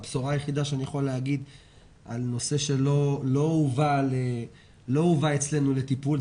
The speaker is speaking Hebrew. הבשורה היחידה שאני יכול לומר הוא בנושא שלא הובא אצלנו לטיפול,